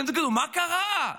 אתם תגידו: מה קרה,